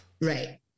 Right